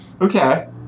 Okay